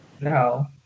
No